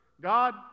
God